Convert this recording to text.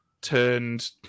turned